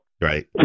Right